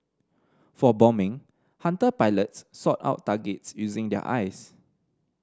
for bombing Hunter pilots sought out targets using their eyes